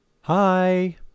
Hi